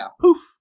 poof